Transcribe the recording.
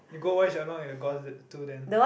you go watch Along and the Gods two then